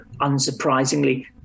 unsurprisingly